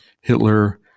Hitler